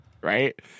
right